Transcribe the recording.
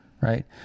right